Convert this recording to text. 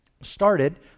started